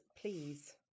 please